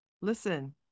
Listen